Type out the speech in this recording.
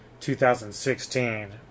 2016